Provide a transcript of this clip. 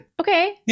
okay